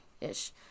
ish